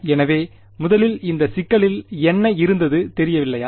எனவே முதலில் இந்த சிக்கலில் என்ன இருந்தது தெரியவில்லையா